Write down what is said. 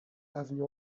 avenue